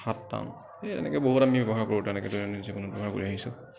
হাত টান এই এনেকৈ বহুত আমি ব্যৱহাৰ কৰোঁ তেনেকৈ দৈনন্দিন জীৱনত ব্যৱহাৰ কৰি আহিছোঁ